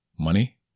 money